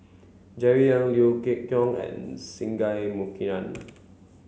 Jerry Ng Liew Geok and Singai Mukilan